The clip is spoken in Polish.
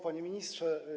Panie Ministrze!